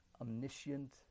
omniscient